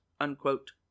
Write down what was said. unquote